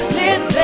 live